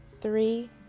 three